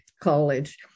College